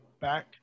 back